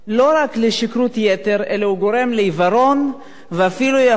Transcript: אלא הוא גורם לעיוורון ואפילו יכול לגרום למוות.